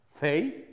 faith